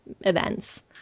events